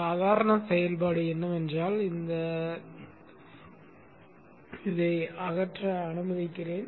சாதாரண செயல்பாடு என்னவென்றால் இந்த கின்க்கை அகற்ற அனுமதிக்கிறேன்